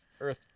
Earth